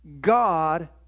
God